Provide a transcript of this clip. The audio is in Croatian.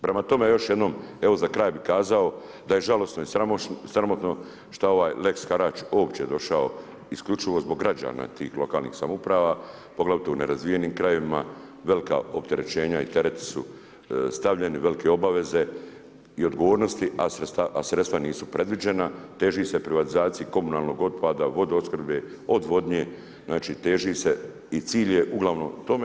Prema tome, još jednom, evo za kraj bi kazao, da je žalosno i sramotno, šta je ovaj lex harač uopće došao, isključivo zbog građana tih lokalnih samouprava, poglavito u nerazvijenim krajevima velika opterećenja su stavljeni i velike obaveze i odgovornosti, a sredstva nisu predviđena, teži se privatizaciji komunalnog otpada, vodoopskrbe, odvodnje, znači teži se i cilj je uglavnom tome.